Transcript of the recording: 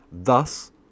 thus